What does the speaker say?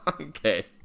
Okay